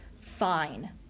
fine